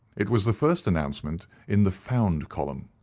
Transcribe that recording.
it was the first announcement in the found column.